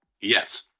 Yes